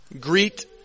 greet